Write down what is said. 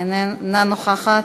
אינה נוכחת,